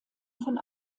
von